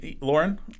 Lauren